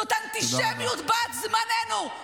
זו אנטישמיות בת זמננו.